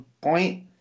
point